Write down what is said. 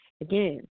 Again